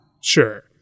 Sure